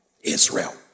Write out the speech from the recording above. Israel